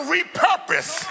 repurpose